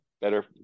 better